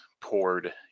poured